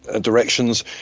directions